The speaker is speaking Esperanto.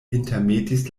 intermetis